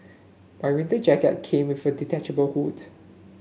my winter jacket came with a detachable hood